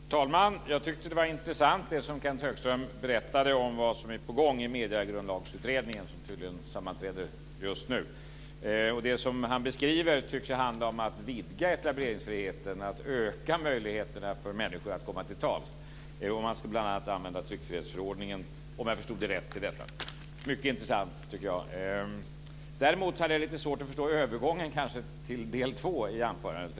Fru talman! Jag tyckte att det var intressant att höra Kenth Högström berätta om vad som är på gång i Mediegrundlagsutredningen, som tydligen sammanträder just nu. Det han beskriver tycks handla om att vidga etableringsfriheten, att öka möjligheterna för människor att komma till tals. Man ska, om jag förstod det rätt, bl.a. använda tryckfrihetsförordningen till detta. Mycket intressant, tycker jag. Däremot hade jag kanske lite svårt att förstå övergången till del 2 i anförandet.